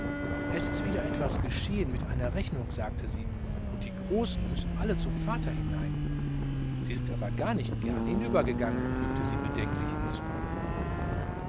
es ist wieder etwas passiert mit einer rechnung sagte sie und die großen müssen alle zum vater hinein sie sind gar nicht gern hinübergegangen fügte sie bedenklich hinzu